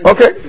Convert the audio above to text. Okay